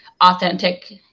authentic